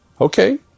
Okay